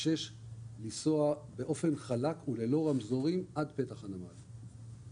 לנסוע באופן חלק ובלי רמזורים עד פתח הנמל.